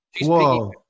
Whoa